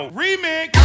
remix